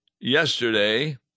yesterday